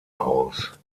aus